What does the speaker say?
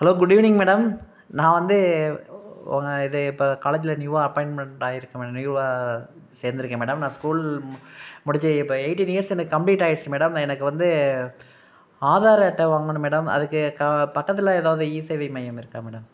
hello good evening madam நான் வந்து ஓ இது இப்போ காலேஜில் நியூவாக அப்பாயின்ட்மென்ட் ஆயிருக்கேன் மேடம் நியூவாக சேர்ந்துருக்கேன் மேடம் நான் ஸ்கூல் ம முடிச்சு இப்போ எயிட்டின் இயர்ஸ் எனக்கு கம்ப்ளீட் ஆயிடுச்சு மேடம் எனக்கு வந்து ஆதார் அட்டை வாங்கணும் மேடம் அதுக்கு கா பக்கத்தில் எதாவது இ சேவை மையம் இருக்கா மேடம்